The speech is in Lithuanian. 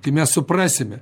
kai mes suprasime